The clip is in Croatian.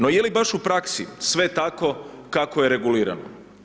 No je li baš u praksi sve tako kako je regulirano?